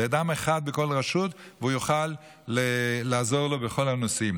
אלא לאדם אחד בכל רשות והוא יוכל לעזור בכל הנושאים.